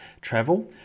travel